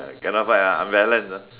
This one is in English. cannot fly ah unbalanced ah